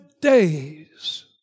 days